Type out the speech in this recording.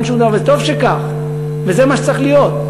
אין שום דבר, וטוב שכך, וזה מה שצריך להיות.